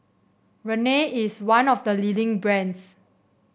Rene is one of the leading brands